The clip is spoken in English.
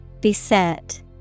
Beset